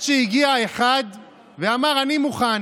אני מדבר אליך, היושב-ראש הקבוע, מיקי לוי.